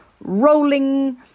rolling